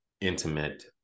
intimate